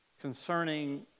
concerning